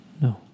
No